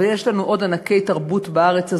אבל יש לנו עוד ענקי תרבות בארץ הזאת,